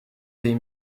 des